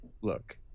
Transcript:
look